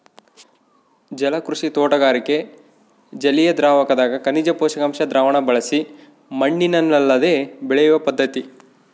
ಜಲಕೃಷಿ ತೋಟಗಾರಿಕೆ ಜಲಿಯದ್ರಾವಕದಗ ಖನಿಜ ಪೋಷಕಾಂಶ ದ್ರಾವಣ ಬಳಸಿ ಮಣ್ಣಿಲ್ಲದೆ ಬೆಳೆಯುವ ಪದ್ಧತಿ